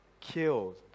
Killed